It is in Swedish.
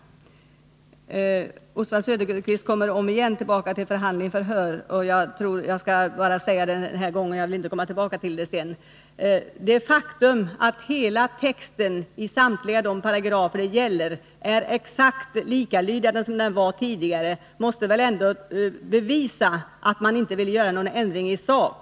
Oswald Söderqvist återkom till uttrycken förhandling-förhör. Jag vill bara säga — jag vill inte komma tillbaka till det mer — att det faktum att texten i de paragrafer det gäller är exakt likalydande med den tidigare väl ändå bevisar att man inte vill åstadkomma någon ändring i sak!